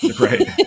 right